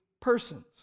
persons